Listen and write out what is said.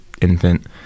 infant